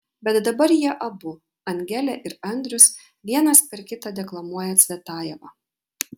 bet dabar jie abu angelė ir andrius vienas per kitą deklamuoja cvetajevą